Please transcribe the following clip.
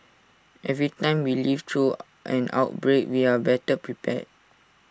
every time we live through an outbreak we are better prepared